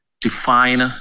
define